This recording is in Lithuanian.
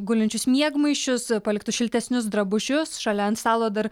gulinčius miegmaišius paliktus šiltesnius drabužius šalia ant stalo dar